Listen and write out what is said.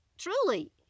Truly